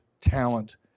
talent